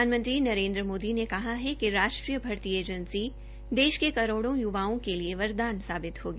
प्रधानमंत्री नरेन्द्र मोदी ने कहा है कि राष्ट्रीय भर्ती एजेंसी देश के करोड़ों युवाओं के लिए वरदान साबित होगी